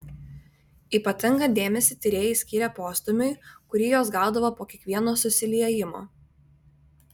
ypatingą dėmesį tyrėjai skyrė postūmiui kurį jos gaudavo po kiekvieno susiliejimo